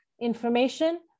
information